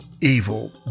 evil